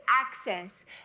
access